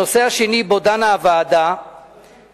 הנושא השני שבו דנה הוועדה היה: